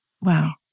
Wow